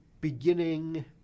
beginning